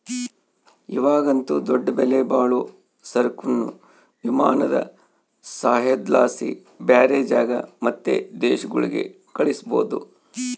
ಇವಾಗಂತೂ ದೊಡ್ಡ ಬೆಲೆಬಾಳೋ ಸರಕುನ್ನ ವಿಮಾನದ ಸಹಾಯುದ್ಲಾಸಿ ಬ್ಯಾರೆ ಜಾಗ ಮತ್ತೆ ದೇಶಗುಳ್ಗೆ ಕಳಿಸ್ಬೋದು